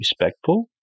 respectful